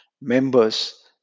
Members